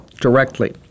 directly